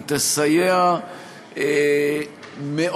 היא תסייע מאוד